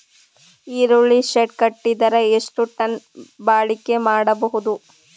ಈರುಳ್ಳಿ ಶೆಡ್ ಕಟ್ಟಿದರ ಎಷ್ಟು ಟನ್ ಬಾಳಿಕೆ ಮಾಡಬಹುದು?